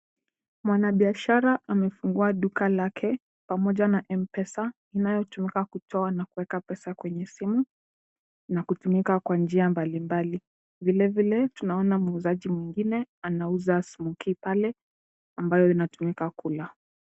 Mwanabiashara amefungua duka lake, pamoja na mpesa, inayotumika kutoa na kuweka pesa kwenye simu, na kutumika kwa njia mbalimbali. Vile vile, tunaona muuzaji mwingine, anauza smokie pale, ambayo inatumika kula.